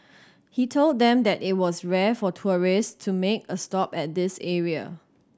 he told them that it was rare for tourist to make a stop at this area